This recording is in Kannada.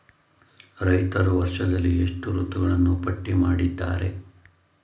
ರೈತರು ವರ್ಷದಲ್ಲಿ ಎಷ್ಟು ಋತುಗಳನ್ನು ಪಟ್ಟಿ ಮಾಡಿದ್ದಾರೆ?